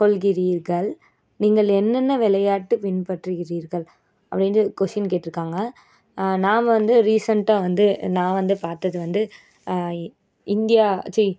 தெரிந்துகொள்கிறீர்கள் நீங்கள் என்னென்ன வெளையாட்டு பின்பற்றுகிறீர்கள் அப்படிட்டு கொஸ்டின் கேட்டுருக்காங்க நான் வந்து ரீசண்டா வந்து நான் வந்து பார்த்தது வந்து இந்தியா சீ